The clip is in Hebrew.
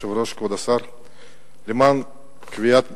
כשאנחנו מדברים,